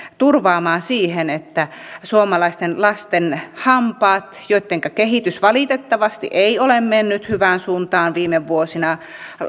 turvaamaan suomalaisten lasten hampaita minkä kehitys valitettavasti ei ole mennyt hyvään suuntaan viime vuosina